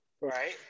Right